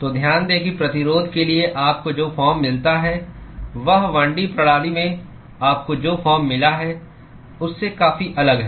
तो ध्यान दें कि प्रतिरोध के लिए आपको जो फॉर्म मिलता है वह 1 डी प्रणाली में आपको जो फॉर्म मिला है उससे काफी अलग है